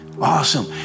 Awesome